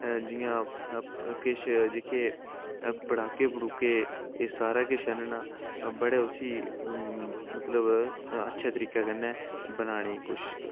जि'यां किश जेह्के पटाके पटूके एह् सारा किश आह्नना बड़े उसी मतलब अच्छे तरीके कन्नै बनाने दी कोशिश करदे